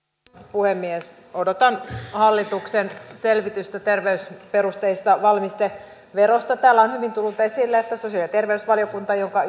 puhemies odotan hallituksen selvitystä terveysperusteisesta valmisteverosta täällä on hyvin tullut esille että sosiaali ja terveysvaliokunnassa jonka